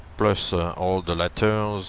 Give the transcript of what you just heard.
plus ah all the letter